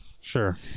Sure